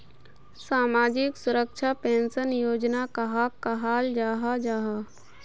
सामाजिक सुरक्षा पेंशन योजना कहाक कहाल जाहा जाहा?